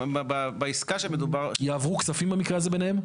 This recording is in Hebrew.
בעסקה שמדובר --- יעברו כפים במקרה הזה ביניהם?